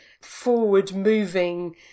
forward-moving